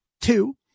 Two